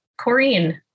Corrine